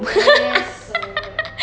yes oh my god